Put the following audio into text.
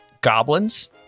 goblins